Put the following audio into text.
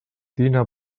dina